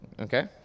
Okay